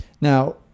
now